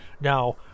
Now